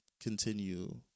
continue